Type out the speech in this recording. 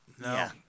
No